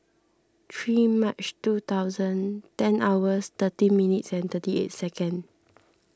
three March two thousand ten hours thirteen minutes and thirty eight second